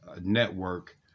Network